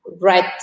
right